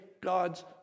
God's